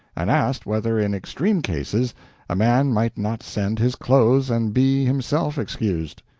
and asked whether in extreme cases a man might not send his clothes and be himself excused.